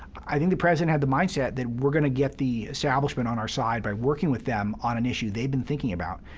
i think the president had the mindset that we're going to get the establishment on our side by working with them on an issue they've been thinking about.